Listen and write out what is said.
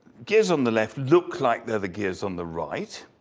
gears on the left, look like they're the gears on the right,